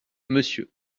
monsieur